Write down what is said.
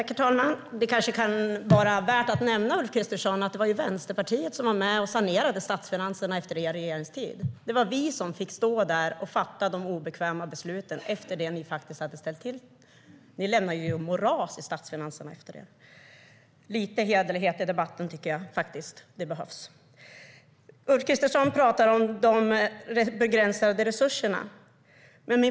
Herr talman! Det kanske kan vara värt att nämna, Ulf Kristersson, att det var Vänsterpartiet som var med och sanerade statsfinanserna efter er regeringstid. Det var vi som fick fatta de obekväma besluten efter det som ni hade ställt till med. Ni lämnade efter er ett moras i statsfinanserna. Lite hederlighet tycker jag att det behövs i debatten. Ulf Kristersson talar om de begränsade resurserna.